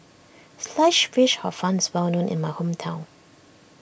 Sliced Fish Hor Fun is well known in my hometown